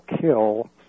kill